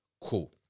Cool